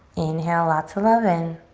inhale lots of love in.